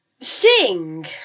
Sing